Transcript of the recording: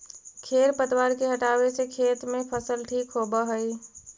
खेर पतवार के हटावे से खेत में फसल ठीक होबऽ हई